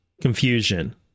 confusion